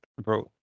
bro